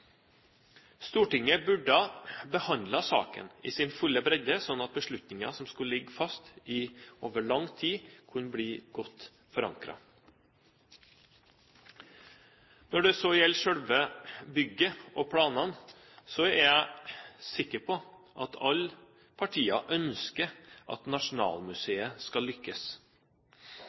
Stortinget burde ha behandlet saken i sin fulle bredde, sånn at beslutninger som skal ligge fast over lang tid, kunne ha blitt godt forankret. Når det så gjelder selve bygget og planene, er jeg sikker på at alle partier ønsker at Nasjonalmuseet skal lykkes.